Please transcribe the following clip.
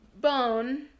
bone